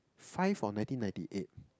five or nineteen ninety eight